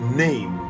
name